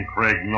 Craig